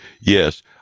Yes